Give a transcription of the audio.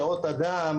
שעות אדם,